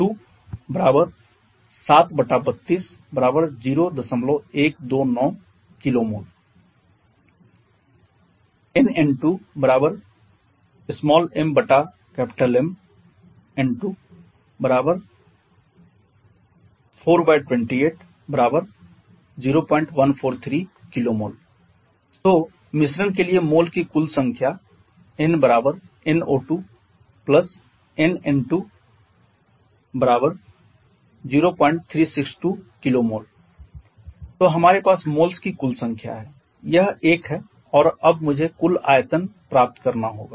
nO2mMO2 7320129 kmol nN2mMN2 4280143 kmol तो मिश्रण के लिए मोल की कुल संख्या nnO2nN20362 kmol तो हमारे पास मोल्स की कुल संख्या है यह एक है और अब मुझे कुल आयतन प्राप्त करना है